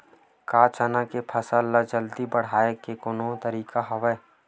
का चना के फसल ल जल्दी बढ़ाये के कोनो तरीका हवय?